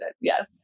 Yes